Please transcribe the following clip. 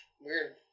Weird